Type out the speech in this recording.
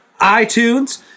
iTunes